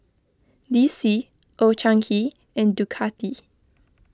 D C Old Chang Kee and Ducati